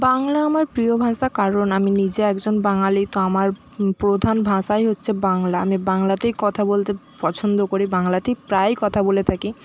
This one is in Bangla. বাংলা আমার প্রিয় ভাষা কারণ আমি নিজে একজন বাঙালি তো আমার প্রধান ভাষাই হচ্ছে বাংলা আমি বাংলাতেই কথা বলতে পছন্দ করি বাংলাতেই প্রায়ই কথা বলে থাকি